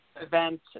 event